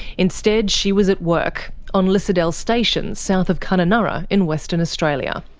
instead she was at work on lissadell station, south of kununurra in western australia.